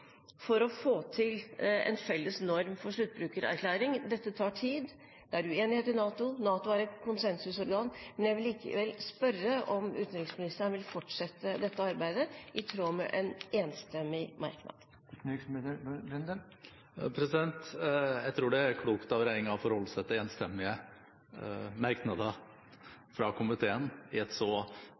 for å få til en felles norm for sluttbrukererklæring. Dette tar tid, det er uenighet i NATO, NATO er et konsensusorgan – men jeg vil likevel spørre om utenriksministeren vil fortsette dette arbeidet, i tråd med en enstemmig merknad. Jeg tror det er klokt av regjeringen å forholde seg til enstemmige merknader fra komiteen i et så